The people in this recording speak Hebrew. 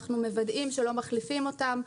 אנחנו מוודאים שלא מחליפים אותם,